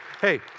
Hey